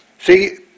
See